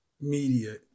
media